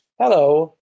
Hello